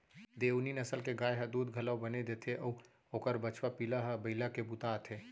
देओनी नसल के गाय ह दूद घलौ बने देथे अउ ओकर बछवा पिला ह बइला के बूता आथे